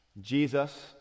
Jesus